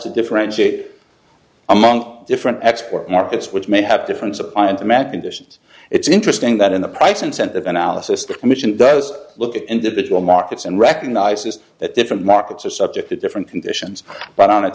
to differentiate among different export markets which may have different supply and imaginations it's interesting that in the price incentive analysis the commission does look at individual markets and recognizes that different markets are subject to different conditions but on